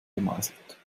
gemeißelt